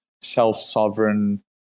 self-sovereign